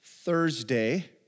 Thursday